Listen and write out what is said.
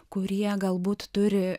kurie galbūt turi